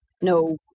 no